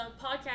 podcast